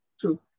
True